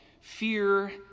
fear